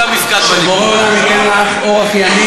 החוק הזה הוא חוק רע,